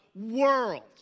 world